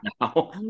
now